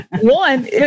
one